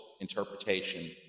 interpretation